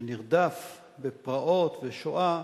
שנרדף בפרעות, ושואה,